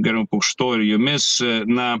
gerbiamu pukšto ir jumis na